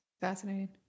fascinating